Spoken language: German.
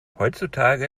heutzutage